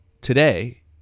today